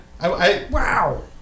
Wow